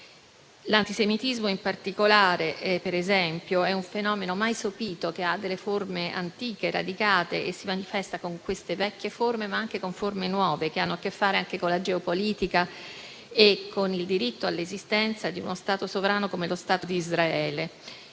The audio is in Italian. L'antisemitismo, in particolare, per esempio, è un fenomeno mai sopito, che ha forme antiche e radicate e si manifesta sia con le vecchie forme sia attraverso forme nuove, che hanno a che fare anche con la geopolitica e con il diritto all'esistenza di uno Stato sovrano come lo Stato di Israele,